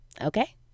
okay